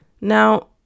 Now